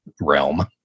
realm